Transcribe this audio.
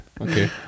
okay